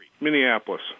Minneapolis